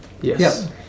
Yes